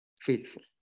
faithful